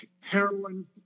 heroin